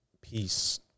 peace